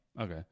Okay